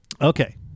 Okay